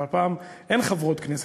אבל הפעם אין חברות כנסת,